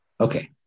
Okay